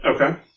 Okay